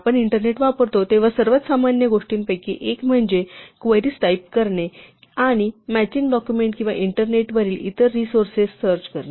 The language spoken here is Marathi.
आपण इंटरनेट वापरतो तेव्हा सर्वात सामान्य गोष्टीपैकी एक म्हणजे क्वेरीझ टाइप करणे आणि मॅचिंग डॉक्युमेंट किंवा इंटरनेटवरील इतर रिसोर्सेस सर्च करणे